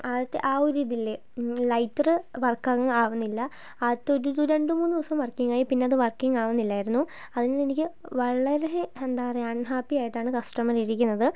ആദ്യത്തെ ആ ഒരു ഇതില്ലേ ലൈറ്റർ വർക്കിങ്ങ് ആവുന്നില്ല ആദ്യത്തൊരിതു രണ്ട് മൂന്ന് ദിവസം വർക്കിങ്ങായി പിന്നെ അത് വർക്കിങ്ങ് ആവുന്നില്ലായിരുന്നു അതിൽ നിന്നു എനിക്ക് വളരേ എന്താ പറയുക അൺഹാപ്പിയായിട്ടാണ് കസ്റ്റമർ ഇരിക്കുന്നത്